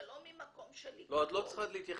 זה לא ממקום של --- לא, את לא צריכה להתייחס.